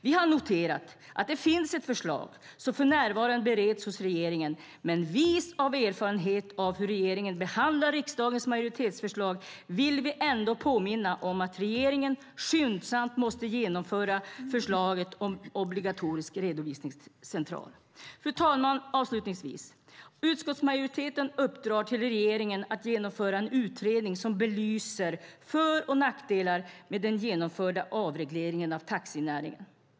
Vi har noterat att det finns ett förslag som för närvarande bereds hos regeringen, men vis av erfarenheten av hur regeringen behandlar riksdagens majoritetsförslag vill vi ändå påminna om att regeringen skyndsamt måste genomföra förslaget om obligatorisk redovisningscentral. Fru talman! Avslutningsvis: Utskottsmajoriteten uppdrar till regeringen att genomföra en utredning som belyser för och nackdelar med den genomförda avregleringen av taxinäringen.